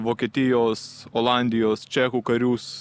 vokietijos olandijos čekų karius